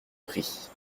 prix